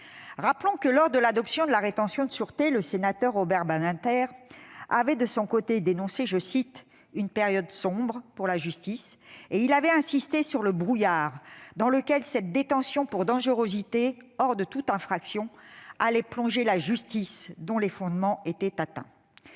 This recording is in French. Rappelons que, lors de l'adoption de la rétention de sûreté, le sénateur Robert Badinter avait dénoncé « une période sombre » pour la justice. Il avait insisté sur « le brouillard » dans lequel cette « détention pour dangerosité, hors toute commission d'infraction », allait plonger la justice dont les fondements étaient atteints.